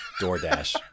DoorDash